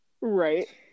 Right